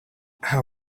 how